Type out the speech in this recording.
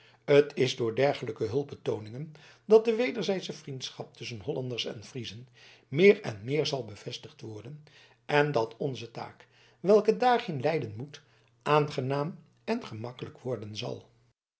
t is door dergelijke hulpbetooningen dat de wederzijdsche vriendschap tusschen hollanders en friezen meer en meer zal bevestigd worden en dat onze taak welke daarheen leiden moet aangenaam en gemakkelijk worden zal